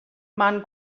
man